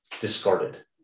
discarded